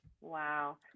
Wow